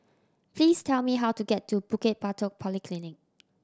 please tell me how to get to Bukit Batok Polyclinic